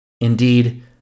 Indeed